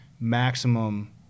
maximum